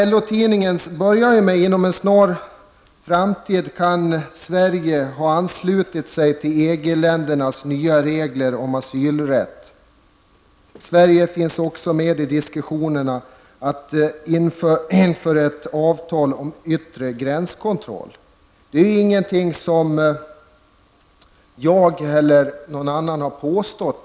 LO-tidningens artikel börjar med: Inom en snar framtid kan Sverige ha anslutit sig till EG ländernas nya regler om asylrätt. Sverige finns också med i diskussionerna om ett avtal för yttre gränskontroll. Det är ingenting som jag eller någon annan har påstått.